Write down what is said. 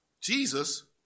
Jesus